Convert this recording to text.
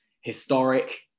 historic